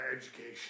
education